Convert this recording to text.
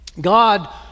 God